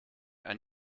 ein